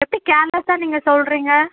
எப்படி கேர்லெஸ்ஸாக நீங்கள் சொல்கிறீங்க